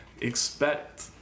expect